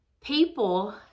people